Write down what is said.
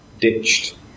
ditched